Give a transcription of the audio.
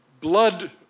blood